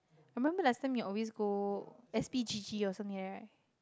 I remember last time you always go S_P_G_G or somewhere right